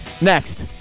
Next